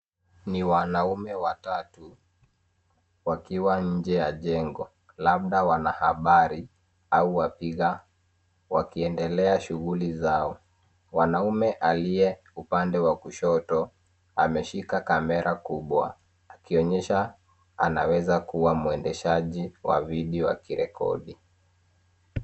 Ni wanaume watatu, wakiwa nje ya jengo labda wanahabari au wapiga ,wakiendelea shughuli zao. Mwanaume aliye upande wa kushoto ameshika kamera kubwa akionyesha anaweza kuwa muendeshaji wa video akirekodi.